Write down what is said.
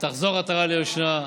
ותחזור עטרה ליושנה.